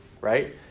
right